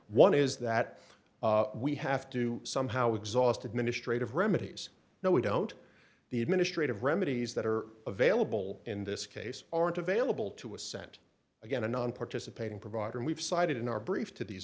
one is that we have to somehow exhaust administrative remedies no we don't the administrative remedies that are available in this case aren't available to a cent again a nonparticipating provider and we've cited in our brief to these